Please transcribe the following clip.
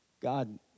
God